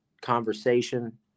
conversation